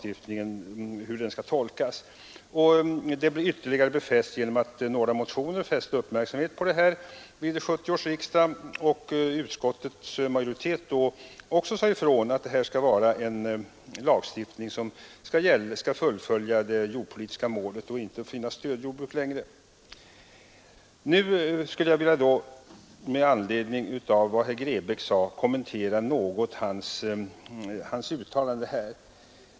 Tillämpningen av fastighetsbildningslagen blev ytterligare befäst genom några motioner som fäste uppmärksamhet på frågan vid 1970 års riksdag. Också utskottsmajoriteten sade då ifrån att det skall vara en lagstiftning som fullföljer den jordpolitiska målsättningen och det skall inte längre finnas några stödjordbruk. Jag skall med några ord kommentera det herr Grebäck sade.